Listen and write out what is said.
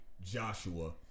Joshua